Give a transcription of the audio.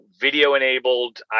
video-enabled